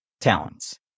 talents